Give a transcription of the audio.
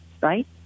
right